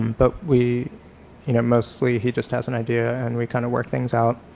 um but we you know mostly he just has an idea and we kind of work things out.